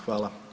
Hvala.